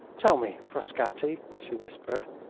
tell me, frascatti, she whispered,